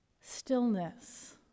stillness